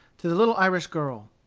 to the little irish girl.